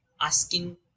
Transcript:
asking